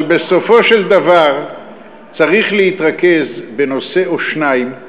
אבל בסופו של דבר צריך להתרכז בנושא או שניים,